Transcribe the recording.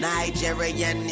Nigerian